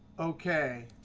ok.